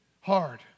hard